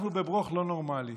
אנחנו בברוך לא נורמלי.